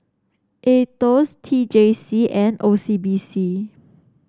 Aetos T J C and O C B C